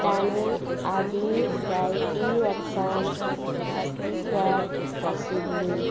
ताणें आदीं जायतीं वर्सां आस्तित्वांत आशिल्लीं